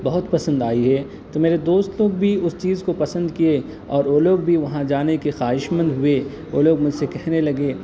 بہت پسند آئی ہے تو میرے دوست لوگ بھی اس چیز کو پسند کیے اور وہ لوگ بھی وہاں جانے کے خواہشمند ہوئے وہ لوگ مجھ سے کہنے لگے